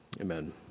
Amen